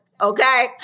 Okay